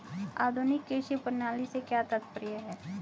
आधुनिक कृषि प्रणाली से क्या तात्पर्य है?